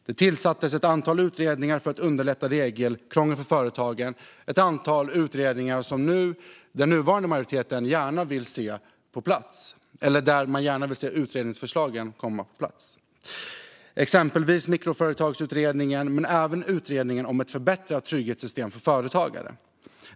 Det tillsattes ett antal utredningar för att komma till rätta med regelkrångel för företagen. Och den nuvarande majoriteten vill gärna se utredningsförslagen komma på plats. Jag tänker exempelvis på mikroföretagsutredningen och på utredningen om ett förbättrat trygghetssystem för företagare.